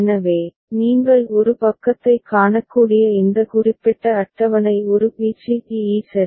எனவே நீங்கள் ஒரு பக்கத்தைக் காணக்கூடிய இந்த குறிப்பிட்ட அட்டவணை ஒரு பி சி டி ஈ சரி